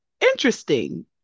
interesting